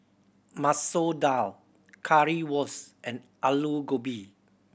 Masoor Dal Currywurst and Alu Gobi